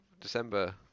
December